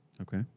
Okay